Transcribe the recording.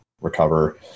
recover